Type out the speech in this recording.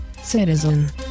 citizen